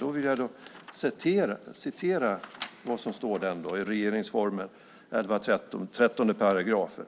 Jag vill då citera det som står i 11 kap. 13 § regeringsformen: